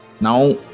Now